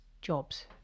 jobs